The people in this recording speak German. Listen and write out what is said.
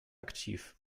aktiv